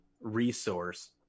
resource